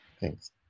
Thanks